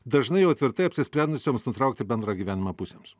dažnai jau tvirtai apsisprendusiems nutraukti bendrą gyvenimą pusėms